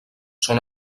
són